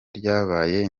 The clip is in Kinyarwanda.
ryabaye